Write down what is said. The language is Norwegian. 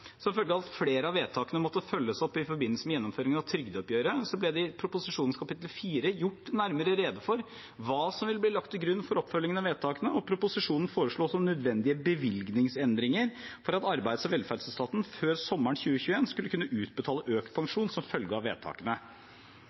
av at flere av vedtakene måtte følges opp i forbindelse med gjennomføringen av trygdeoppgjøret, ble det i proposisjonens kapittel 4 gjort nærmere rede for hva som ville bli lagt til grunn for oppfølgingen av vedtakene. Proposisjonen foreslår nødvendige bevilgningsendringer for at arbeids- og velferdsetaten før sommeren 2020 skulle kunne utbetale økt pensjon som følge av vedtakene.